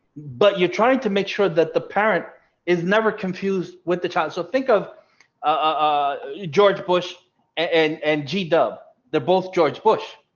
but you're trying to make sure that the parent is never confused with the child. so think of a george bush and and g dub. they're both george bush.